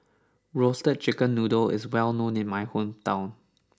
Roasted Chicken Noodle is well known in my hometown